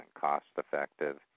cost-effective